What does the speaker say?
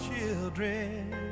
children